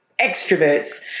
extroverts